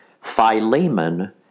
Philemon